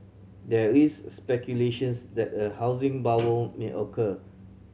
there is speculations that a housing bubble may occur